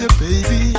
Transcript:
baby